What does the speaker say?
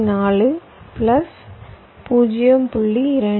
4 plus 0